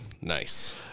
nice